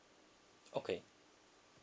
okay